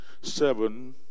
seven